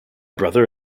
brother